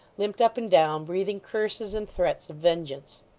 limped up and down, breathing curses and threats of vengeance.